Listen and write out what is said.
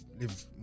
live